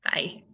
Bye